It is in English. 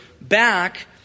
back